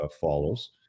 follows